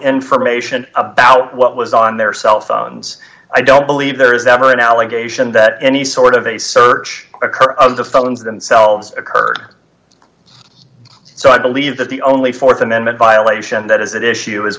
information about what was on their cell phones i don't believe there is ever an allegation that any sort of a search of the phones themselves occurred so i believe that the only th amendment violation that is at issue is